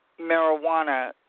marijuana